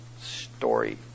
Story